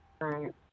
Right